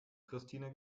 christine